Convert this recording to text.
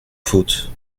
faute